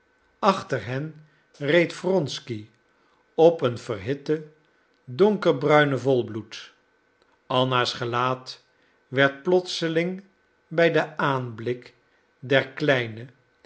achter hen reed wronsky op een verhitten donkerbruinen volbloed anna's gelaat werd plotseling bij den aanblik der kleine